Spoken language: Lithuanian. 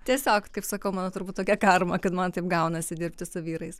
tiesiog kaip sakau mano turbūt tokia karma kad man taip gaunasi dirbti su vyrais